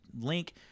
link